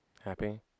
happy